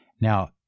Now